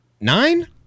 Nine